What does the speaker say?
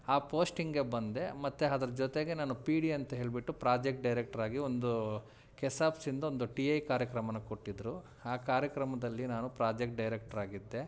ಆ ಪೋಸ್ಟಿಂಗಿಗೆ ಬಂದೆ ಮತ್ತು ಅದ್ರ ಜೊತೆಗೆ ನಾನು ಪಿ ಡಿ ಅಂತ್ಹೇಳ್ಬಿಟ್ಟು ಪ್ರಾಜೆಕ್ಟ್ ಡೈರೆಕ್ಟ್ರ್ ಆಗಿ ಒಂದೂ ಕೆಸಾಫ್ಸ್ ಇಂದ ಒಂದು ಟಿ ಐ ಕಾರ್ಯಕ್ರಮನ ಕೊಟ್ಟಿದ್ದರು ಆ ಕಾರ್ಯಕ್ರಮದಲ್ಲಿ ನಾನು ಪ್ರಾಜೆಕ್ಟ್ ಡೈರೆಕ್ಟ್ರ್ ಆಗಿದ್ದೆ